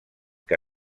que